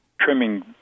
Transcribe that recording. trimming